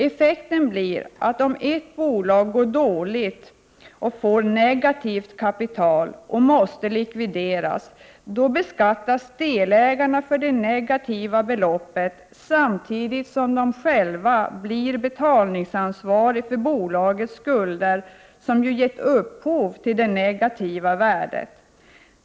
Effekten blir att om ett bolag går dåligt och få negativt kapital och måste likvideras, beskattas delägarna för det negativ: beloppet samtidigt som de själva blir betalningsansvariga för bolaget skulder, som ju gett upphov till det negativa värdet.